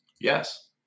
Yes